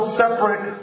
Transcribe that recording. separate